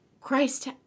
Christ